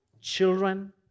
children